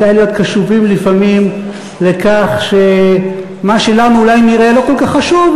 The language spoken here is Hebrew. כדאי להיות קשובים לפעמים לכך שמה שלנו אולי נראה לא כל כך חשוב,